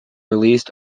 released